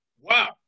Wow